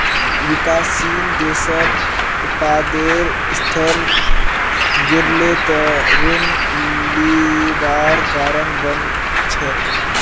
विकासशील देशत उत्पादेर स्तर गिरले त ऋण लिबार कारण बन छेक